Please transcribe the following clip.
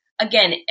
again